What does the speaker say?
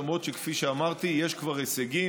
למרות שכפי שאמרתי יש כבר הישגים.